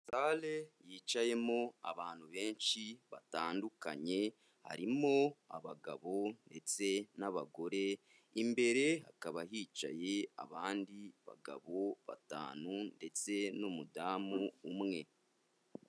Sale yicayemo abantu benshi batandukanye, harimo abagabo ndetse n'abagore, imbere hakaba hicaye abandi bagabo batanu ndetse n'umudamu umwe.